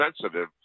sensitive